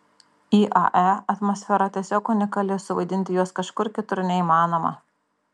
iae atmosfera tiesiog unikali suvaidinti jos kažkur kitur neįmanoma